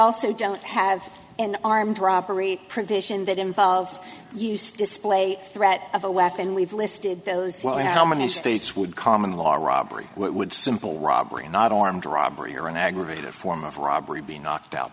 also don't have an armed robbery provision that involves use display threat of a weapon we've listed those law and how many states would common law robbery would simple robbery not armed robbery are an aggravated form of robbery being knocked out